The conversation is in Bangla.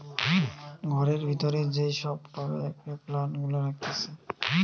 ঘরের ভিতরে যেই সব টবে করে প্লান্ট গুলা রাখতিছে